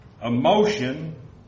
emotion